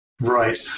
Right